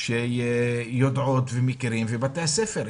שיודעות ומכירות ובתי הספר.